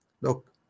Look